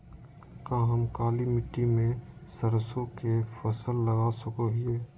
का हम काली मिट्टी में सरसों के फसल लगा सको हीयय?